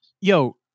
Yo